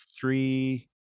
three